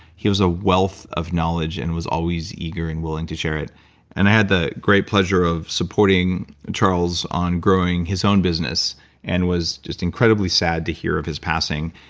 he was a wealth of knowledge and was always eager and willing to share it and i had the great pleasure of supporting charles on growing his own business and was just incredibly sad to hear of his passing.